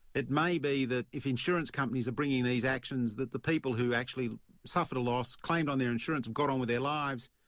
it may be that if insurance companies are bringing these actions that the people who actually suffered a loss, claimed on their insurance and got on with lives,